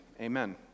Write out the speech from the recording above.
Amen